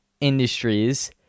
Industries